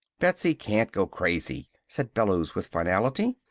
betsy can't go crazy, said bellews with finality.